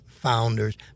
founders